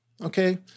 Okay